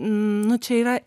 nu čia yra